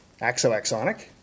Axoaxonic